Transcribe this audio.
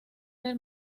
del